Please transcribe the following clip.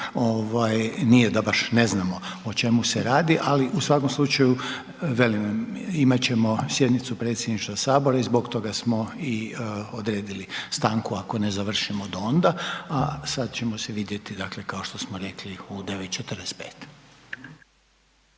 nije da baš ne znamo o čemu se radi, ali u svakom slučaju velim imat ćemo sjednicu Predsjedništva sabora i zbog toga smo i odredili stanku, ako ne završimo do onda, a sad ćemo se vidjeti dakle kao što smo rekli u 9,45.